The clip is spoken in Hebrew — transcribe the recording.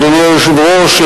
אדוני היושב-ראש,